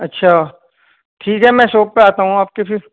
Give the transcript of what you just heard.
اچھا ٹھیک ہے میں شوپ پہ آتا ہوں آپ کے پھر